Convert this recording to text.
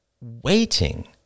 waiting